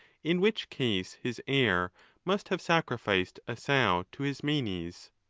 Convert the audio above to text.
in which case his heir must have sacrificed a sow to his manes.